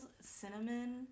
cinnamon